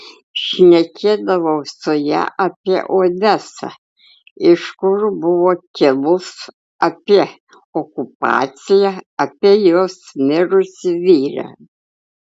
šnekėdavau su ja apie odesą iš kur buvo kilus apie okupaciją apie jos mirusį vyrą